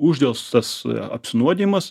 uždelstas apsinuodijimas